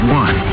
one